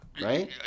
Right